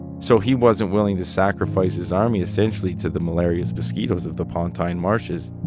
so he wasn't willing to sacrifice his army, essentially, to the malarial mosquitoes of the pontine marshes